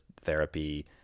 therapy